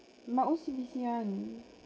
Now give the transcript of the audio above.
my O_C_B_C [one]